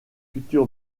futur